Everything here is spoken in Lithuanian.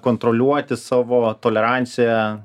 kontroliuoti savo toleranciją